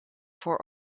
voor